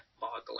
boggling